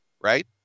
right